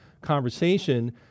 conversation